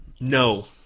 No